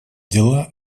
дела